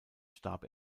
starb